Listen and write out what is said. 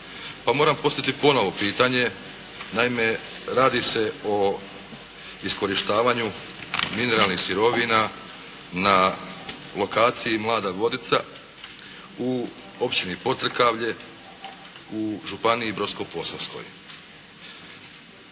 Pa moram postaviti ponovo pitanje. Naime, radi se o iskorištavanju mineralnih sirovina na lokaciji Mlada Vodica u općini Pocrkavlje u županjiji Brodsko-posavskoj.